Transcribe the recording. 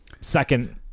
second